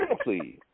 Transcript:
please